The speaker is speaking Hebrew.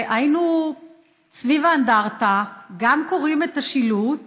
והיינו סביב האנדרטה, גם קוראים את השילוט